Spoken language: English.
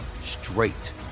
straight